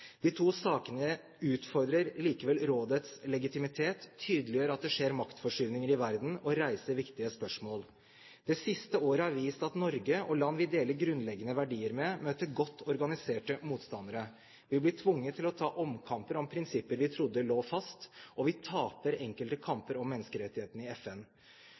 De to sakene utfordrer likevel rådets legitimitet, tydeliggjør at det skjer maktforskyvninger i verden, og reiser viktige spørsmål. Det siste året har vist at Norge og land vi deler grunnleggende verdier med, møter godt organiserte motstandere. Vi blir tvunget til å ta «omkamper» om prinsipper vi trodde lå fast, og vi taper enkelte kamper om menneskerettighetene i FN.